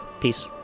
peace